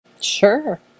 Sure